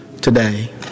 today